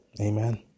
Amen